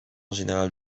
général